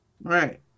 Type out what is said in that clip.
Right